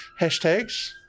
hashtags